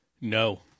no